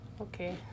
okay